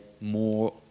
more